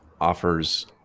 offers